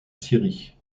syrie